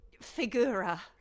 Figura